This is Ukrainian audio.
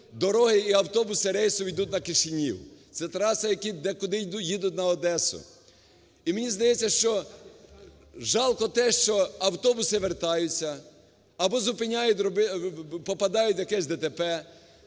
дороги і автобуси рейсові ідуть на Кишинів, це траса, яка.. де-куди їдуть на Одесу. І мені здається, що жалко те, що автобуси вертаються або зупиняють, попадають в якесь ДТП,